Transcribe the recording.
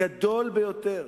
הגדול ביותר.